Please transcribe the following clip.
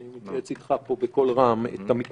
אני מתייעץ איתך פה בקול רם את המתנגדים,